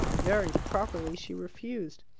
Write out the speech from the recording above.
very properly she refused.